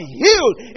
healed